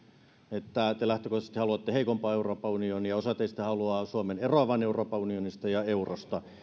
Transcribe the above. että te lähtökohtaisesti haluatte heikompaa euroopan unionia ja osa teistä haluaa suomen eroavan euroopan unionista ja eurosta